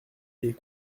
est